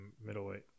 middleweight